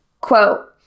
quote